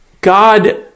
God